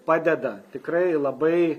padeda tikrai labai